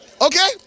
Okay